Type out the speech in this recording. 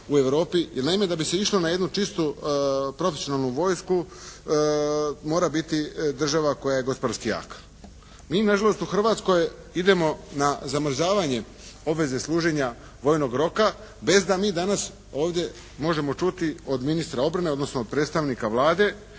u Europi. Jer naime da bi se išlo na jednu čistu profesionalnu vojsku mora biti država koja je gospodarski jaka. Mi nažalost u Hrvatskoj idemo na zamrzavanje obveze služenja vojnog roka bez da mi danas ovdje možemo čuti od ministra obrane, odnosno od predstavnika Vlade